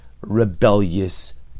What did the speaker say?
rebellious